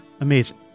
Amazing